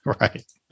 Right